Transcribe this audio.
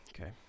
okay